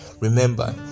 Remember